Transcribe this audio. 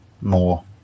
more